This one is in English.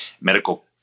medical